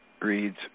reads